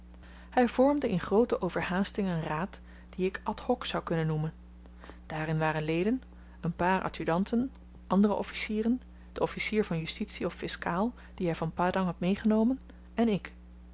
hy vormde in groote overhaasting een raad dien ik ad hoc zou kunnen noemen daarin waren leden een paar adjudanten andere officieren de officier van justitie of fiskaal dien hy van padang had meegenomen en ik